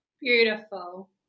Beautiful